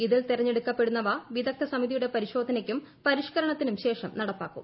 ഇതിൽ തെരഞ്ഞെടുക്കപ്പെട്ടുന്നവ വിദഗ്ദ്ധ സമിതിയുടെ പരിശോധന യ്ക്കും പരിഷ്ക്കരണത്തിനും ശേഷം നടപ്പാക്കും